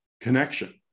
connection